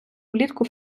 влітку